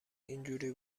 اینجوری